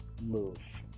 move